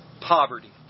poverty